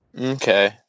Okay